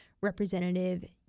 Representative